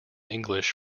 english